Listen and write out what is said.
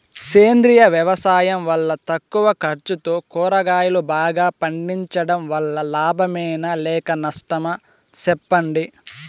సేంద్రియ వ్యవసాయం వల్ల తక్కువ ఖర్చుతో కూరగాయలు బాగా పండించడం వల్ల లాభమేనా లేక నష్టమా సెప్పండి